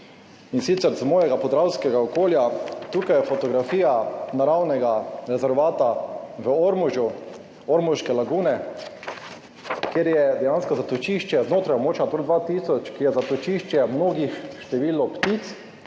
in sicer z mojega podravskega okolja. Tukaj je fotografija naravnega rezervata v Ormožu, ormoške lagune, kjer je dejansko zatočišče znotraj območja Nature 2000, ki je zatočišče mnogih število ptic